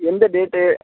எந்த டேட்டு